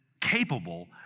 capable